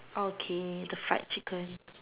okay the fried chicken